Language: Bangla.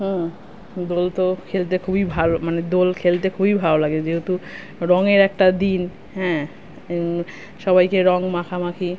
হুম দোল তো খেলতে খুবই ভালো মানে দোল খেলতে খুবই ভালো লাগে যেহেতু রঙের একটা দিন হ্যাঁ সবাইকে রং মাখামাখি